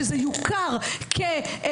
שזה יוכר כשרות,